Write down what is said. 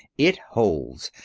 it holds.